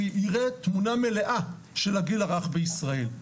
שיראה תמונה מלאה של הגיל הרך בישראל.